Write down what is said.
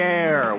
air